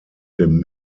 dem